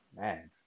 man